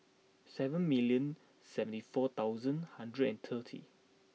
seven million seventy four thousand hundred and thirty